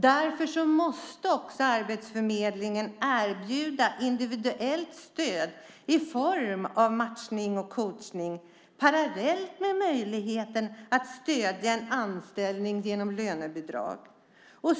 Därför måste arbetsförmedlingen erbjuda individuellt stöd i form av matchning och coachning parallellt med möjligheten att stödja en anställning genom lönebidrag.